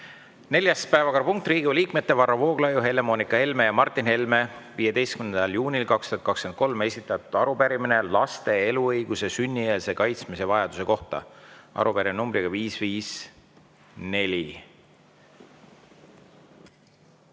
Neljas päevakorrapunkt on Riigikogu liikmete Varro Vooglaiu, Helle-Moonika Helme ja Martin Helme 15. juunil 2023 esitatud arupärimine laste eluõiguse sünnieelse kaitsmise vajaduse kohta. Arupärimine numbriga 554.